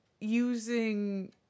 using